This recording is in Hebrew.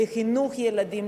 לחינוך הילדים,